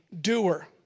doer